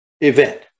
event